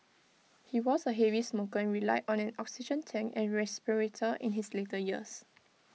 he was A heavy smoker and relied on an oxygen tank and respirator in his later years